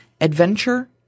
adventure